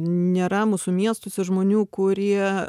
nėra mūsų miestuose žmonių kurie